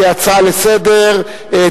כהצעה לסדר-היום,